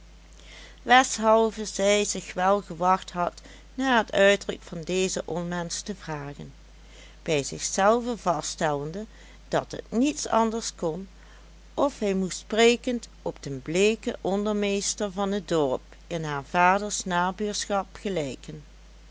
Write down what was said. weshalve zij zich wel gewacht had naar het uiterlijk van dezen onmensch te vragen bij zichzelve vaststellende dat het niet anders kon of hij moest sprekend op den bleeken ondermeester van het dorp in haars vaders nabuurschap gelijken